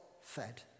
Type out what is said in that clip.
fed